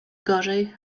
gorzej